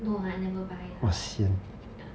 no I never buy lah ya